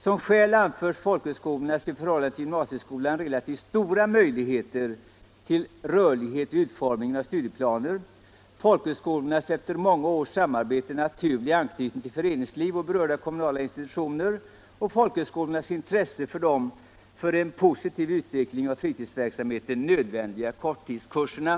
Som skäl anförs folkhögskolornas i förhållande till gymnasieskolan relativt stora möjligheter till rörlighet vid utformningen av studieplaner, folkhögskolornas efter många års samarbete naturliga anknytningar till föreningsliv och berörda kommunala institutioner samt — Nr 41 folkhögskolornas intresse för de för en positiv utveckling av fritidsverk Onsdagen den samheten nödvändiga korttidskurserna.